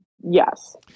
Yes